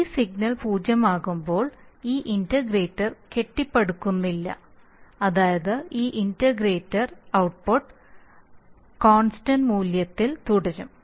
ഈ സിഗ്നൽ പൂജ്യമാകുമ്പോൾ ഈ ഇന്റഗ്രേറ്റർ കെട്ടിപ്പടുക്കുന്നില്ല അതായത് ഈ ഇന്റഗ്രേറ്റർ ഔട്ട്പുട്ട് കോൺസ്റ്റൻസ് മൂല്യത്തിൽ തുടരും